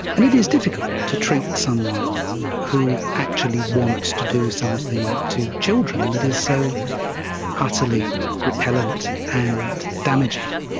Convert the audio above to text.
and it is difficult to treat someone who actually wants to do something to children that is so utterly repellent and damaging,